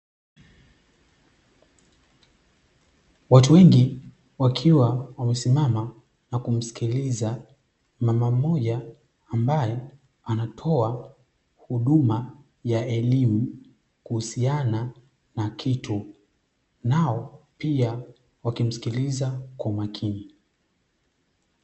Watu wengi wakiwa wamesimama na kumsikiliza mama mmoja ambaye anatoa huduma ya elimu kuhusiana na kitu, nao pia wakimsikiliza kwa umakini.